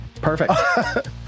Perfect